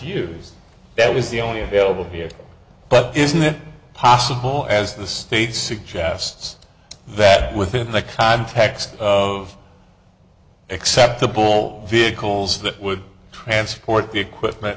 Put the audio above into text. used that was the only available here but isn't it possible as the state suggests that within the context of acceptable vehicles that would transport the equipment